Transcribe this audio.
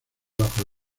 bajo